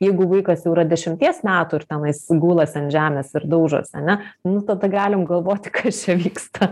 jeigu vaikas jau yra dešimties metų ir tenais gulasi ant žemės ir daužosi ane nu tada galim galvoti kas čia vyksta